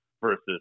versus